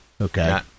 Okay